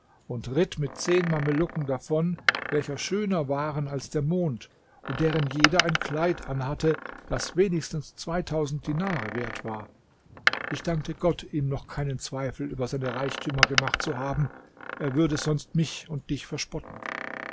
und ritt mit zehn mamelucken davon welche schöner waren als der mond und deren jeder ein kleid anhatte das wenigstens zweitausend dinare wert war ich dankte gott ihm noch keinen zweifel über seine reichtümer gemacht zu haben er würde sonst mich und dich verspotten